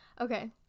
Okay